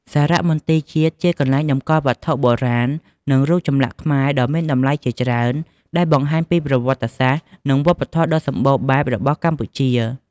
សារមន្ទីរជាតិ ជាកន្លែងតម្កល់វត្ថុបុរាណ និងរូបចម្លាក់ខ្មែរដ៏មានតម្លៃជាច្រើន ដែលបង្ហាញពីប្រវត្តិសាស្ត្រ និងវប្បធម៌ដ៏សម្បូរបែបរបស់កម្ពុជា។